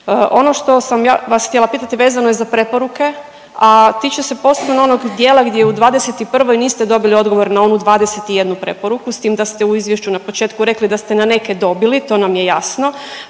Ono što sam ja vas htjela pitati vezano je za preporuke, a tiče se posebno onog dijela gdje u '21. niste dobili odgovor na onu 21 preporuku s tim da ste u izvješću na početku rekli da ste na neke dobili to nam je jasno,